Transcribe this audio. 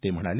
ते म्हणाले